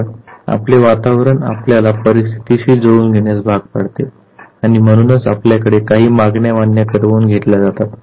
तर आपले वातावरण आपल्याला परिस्थितीशी जुळवून घेण्यास भाग पाडते आणि म्हणूनच आपल्याकडे काही मागण्या मान्य करवून घेतल्या जातात